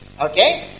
Okay